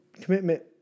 commitment